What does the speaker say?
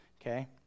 Okay